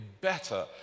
better